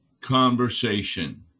Conversation